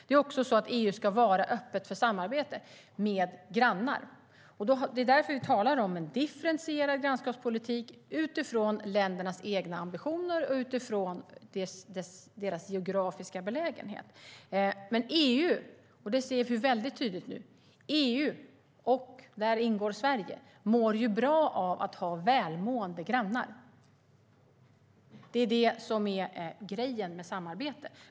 EU ska också vara öppet för samarbete med grannar. Det är därför vi talar om en differentierad grannskapspolitik utifrån ländernas egna ambitioner och deras geografiska belägenhet. Nu ser vi väldigt tydligt att EU, där Sverige ingår, mår bra av att ha välmående grannar. Det är det som är grejen med samarbete.